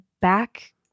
back